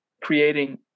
creating